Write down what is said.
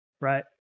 right